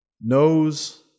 knows